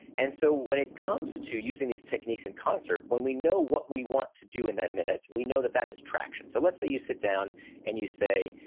and so when it comes to using these techniques in concert, when we know what we want to do in that minute, we know that that is traction. so let's say you sit down and you say,